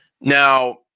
now